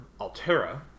altera